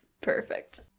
Perfect